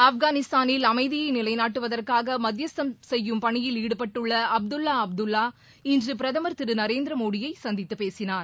ஆப்கானிஸ்தானில் அமைதியை நிலைநாட்டுவதற்காக மத்தியஸ்தம் செய்யும் பனியில் ஈடுபட்டுள்ள அப்துல்லா அப்துல்லா இன்று பிரதமர் திரு நரேந்திரமோடியை சந்தித்து பேசினார்